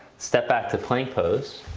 step back to plank pose.